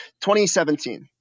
2017